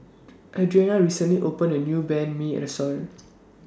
Adrianna recently opened A New Banh MI Restaurant